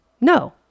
No